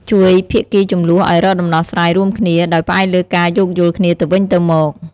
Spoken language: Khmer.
ជួយភាគីជម្លោះឱ្យរកដំណោះស្រាយរួមគ្នា ដោយផ្អែកលើការយោគយល់គ្នាទៅវិញទៅមក។